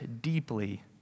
deeply